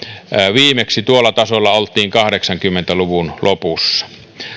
viimeksi tuolla tasolla oltiin kahdeksankymmentä luvun lopussa